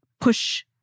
push